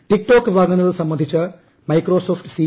TikTok വിട്ടുങ്ങുന്നതു സംബന്ധിച്ച് Microsoft C